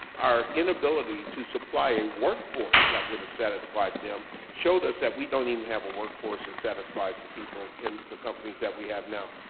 our inability to supply a workforce that would have satisfied them, showed us that we don't even have a workforce that satisfies the people in the companies that we have now.